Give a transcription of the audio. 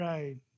Right